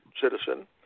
citizen